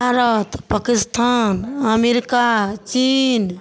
Bharat Pakistan America चीन